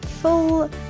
full